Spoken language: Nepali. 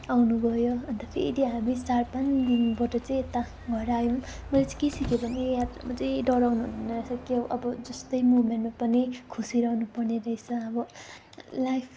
आउनुभयो अन्त फेरि हामी चार पाँच दिनबाट चाहिँ यता घर आयौँ मैले चाहिँ के सिकेँ भने यात्रामा चाहिँ डराउनु हुन्न रहेछ के अब जस्तै मोमेन्टमा पनि खुसी रहनुपर्ने रहेछ अब लाइफ